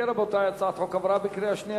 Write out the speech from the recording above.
אם כן, רבותי, הצעת החוק עברה בקריאה שנייה.